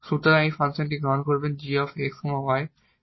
সুতরাং আপনি এই ফাংশনটি গ্রহণ করবেন 𝑔 𝑥 𝑦 ∫ 𝑀